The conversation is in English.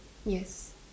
yes